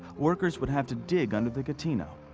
workers would have to dig under the catino,